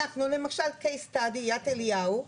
אנחנו למשל case study יד אליהו,